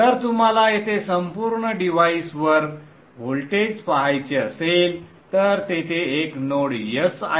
जर तुम्हाला येथे संपूर्ण डिव्हाइसवर व्होल्टेज पहायचे असेल तर तेथे एक नोड S आहे